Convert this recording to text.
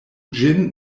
ĝin